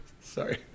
sorry